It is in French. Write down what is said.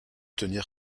tenir